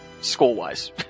school-wise